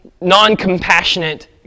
non-compassionate